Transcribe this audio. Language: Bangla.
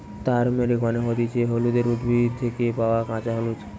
তারমেরিক মানে হতিছে হলুদের উদ্ভিদ থেকে পায়া কাঁচা হলুদ